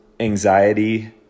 Anxiety